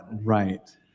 Right